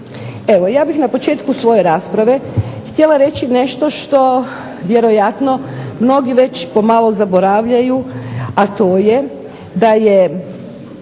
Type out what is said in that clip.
Evo ja bih na početku svoje rasprave htjela reći nešto što vjerojatno mnogi pomalo već zaboravljaju, a to je da je